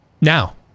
Now